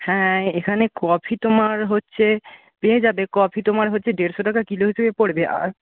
হ্যাঁ এখানে কফি তোমার হচ্ছে পেয়ে যাবে কফি তোমার হচ্ছে দেড়শো টাকা কিলো হিসেবে পড়বে আর